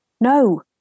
No